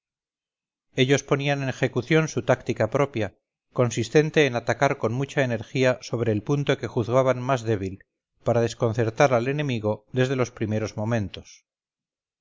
ellos ponían en ejecución su táctica propia consistente en atacar con mucha energía sobre el punto que juzgaban más débil para desconcertar al enemigo desde los primeros momentos